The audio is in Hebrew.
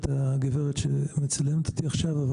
את הגברת שמצלמת אותי עכשיו.